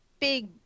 big